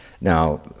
Now